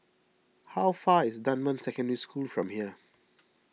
how far is Dunman Secondary School from here